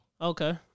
Okay